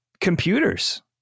computers